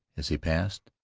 as he passed,